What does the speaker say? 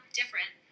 different